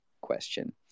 question